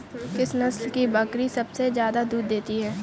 किस नस्ल की बकरी सबसे ज्यादा दूध देती है?